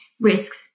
risks